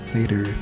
Later